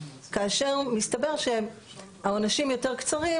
כאשר מסתבר שהעונשים יותר קצרים,